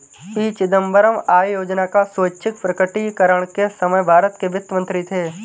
P Chidambaram आय योजना का स्वैच्छिक प्रकटीकरण के समय भारत के वित्त मंत्री थे